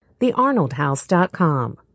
TheArnoldHouse.com